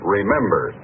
Remember